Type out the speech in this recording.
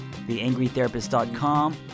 theangrytherapist.com